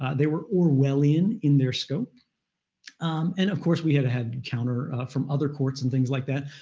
they were orwellian in their scope. and of course, we had had counter from other courts and things like that,